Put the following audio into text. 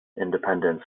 independent